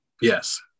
Yes